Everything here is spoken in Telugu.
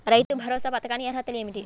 రైతు భరోసా పథకానికి అర్హతలు ఏమిటీ?